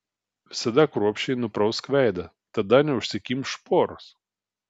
visada kruopščiai nuprausk veidą tada neužsikimš poros